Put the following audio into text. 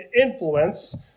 influence